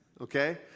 Okay